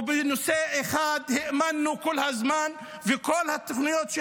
בנושא אחד האמנו כל הזמן: כל התוכניות של